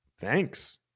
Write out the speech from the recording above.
thanks